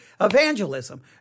Evangelism